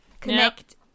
connect